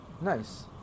nice